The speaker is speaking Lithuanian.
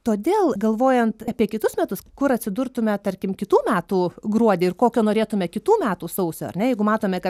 todėl galvojant apie kitus metus kur atsidurtume tarkim kitų metų gruodį ir kokio norėtume kitų metų sausio ar ne jeigu matome kad